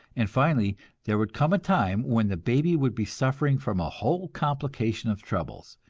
and finally there would come a time when the baby would be suffering from a whole complication of troubles,